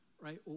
right